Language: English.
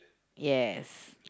yes